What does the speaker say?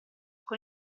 con